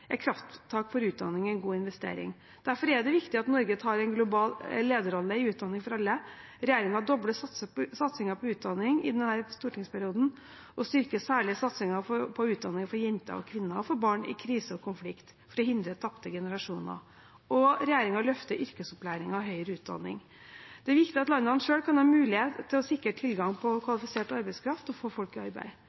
er krafttak for utdanning en god investering. Derfor er det viktig at Norge tar en global lederrolle i utdanning for alle. Regjeringen dobler satsingen på utdanning i denne stortingsperioden og styrker særlig satsingen på utdanning for jenter og kvinner og for barn i krise og konflikt for å hindre tapte generasjoner. Regjeringen løfter yrkesopplæringen og høyere utdanning. Det er viktig at landene selv kan ha mulighet til å sikre tilgang på kvalifisert arbeidskraft og få folk i arbeid.